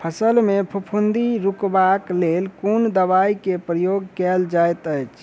फसल मे फफूंदी रुकबाक लेल कुन दवाई केँ प्रयोग कैल जाइत अछि?